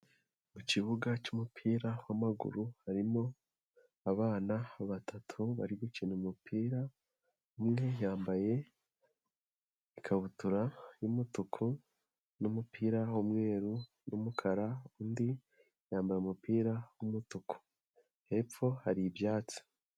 Mu kibuga cy'umupira w'amaguru, harimo abana batatu bari gukina umupira, umwe yambaye ikabutura y'umutuku n'umupira w'umweru n'umukara, undi yambaye umupira w'umutuku, hepfo hari ibyatsi.